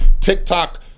TikTok